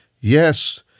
Yes